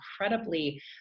incredibly